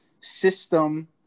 system